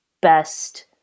best